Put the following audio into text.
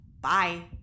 Bye